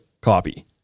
copy